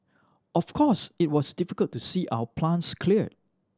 of course it was difficult to see our plants cleared